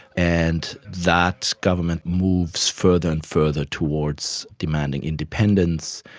and that government moves further and further towards demanding independence,